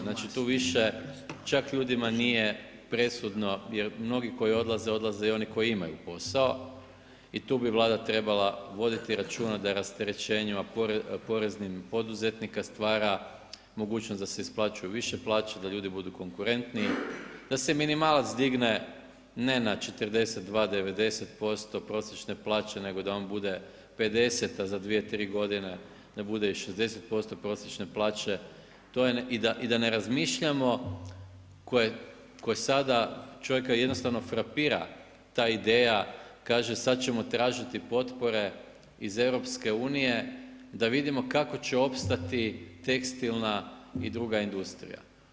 Znači, tu više čak ljudima nije presudno jer mnogi koji odlaze odlaze i oni koji imaju posao i tu bi Vlada trebala voditi računa da rasterećenjima poreznih poduzetnika stvara mogućnost da se isplaćuje više plaća, da ljudi budu konkurentniji, da se minimalac digne ne na 42,90% prosječne plaće nego da on bude 50 za dvije, tri godine, da bude i 60% prosječne plaće i da ne razmišljamo koje sada čovjeka jednostavno frapira ta ideja, kaže sad ćemo tražiti potpore iz Europske unije da vidimo kako će opstati tekstilna i druga industrija.